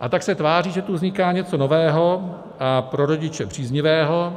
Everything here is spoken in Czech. a tak se tváří, že tu vzniká něco nového a pro rodiče příznivého.